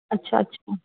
अच्छा